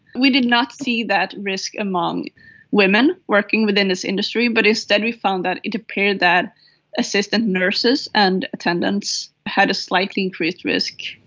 we did not see that risk among women working within this industry, but instead we found that it appeared that assistant nurses and attendants had a slight increased risk.